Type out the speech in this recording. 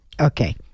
okay